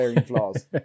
flaws